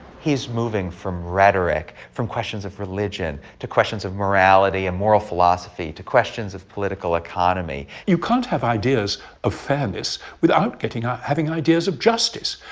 he's moving from rhetoric, from questions of religion, to questions of morality and moral philosophy, to questions of political economy. you can't have ideas of fairness without getting ah having ideas of justice.